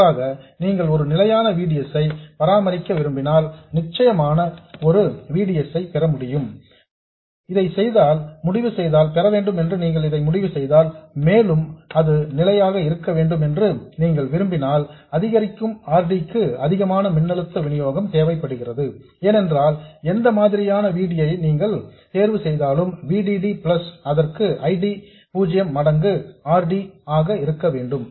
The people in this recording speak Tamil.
மாற்றாக நீங்கள் ஒரு நிலையான V D S ஐ பராமரிக்க விரும்பினால் நிச்சயமான ஒரு V D S ஐ பெற முடிவு செய்தால் மேலும் அது நிலையாக இருக்க வேண்டும் என்று விரும்பினால் அதிகரிக்கும் R D க்கு அதிகமான மின்னழுத்த வினியோகம் தேவைப்படுகிறது ஏனென்றால் எந்த மாதிரியான V D D ஐ நீங்கள் தேர்வு செய்தாலும் V D D பிளஸ் அதற்கு I D 0 மடங்கு R D ஆக இருக்க வேண்டும்